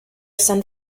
send